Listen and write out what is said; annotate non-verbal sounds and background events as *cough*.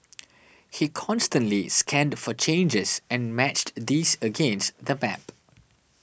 *noise* he constantly scanned for changes and matched these against the map